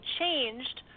changed –